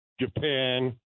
Japan